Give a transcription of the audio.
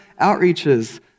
outreaches